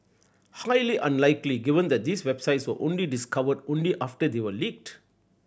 highly unlikely given that these websites were only discovered only after they were leaked